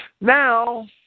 Now